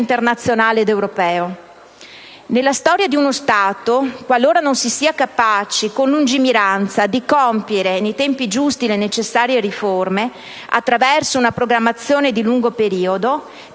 internazionale ed europeo. Nella storia di uno Stato, qualora non si sia capaci con lungimiranza di adottare nei tempi giusti le necessarie riforme attraverso una programmazione di lungo periodo,